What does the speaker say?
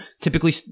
Typically